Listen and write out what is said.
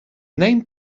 name